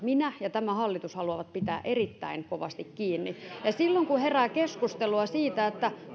minä ja tämä hallitus haluamme pitää erittäin kovasti kiinni ja silloin kun herää keskustelua siitä